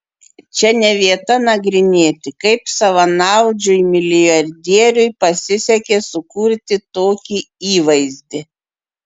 čia ne vieta nagrinėti kaip savanaudžiui milijardieriui pasisekė sukurti tokį įvaizdį